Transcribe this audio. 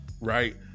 right